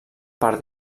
per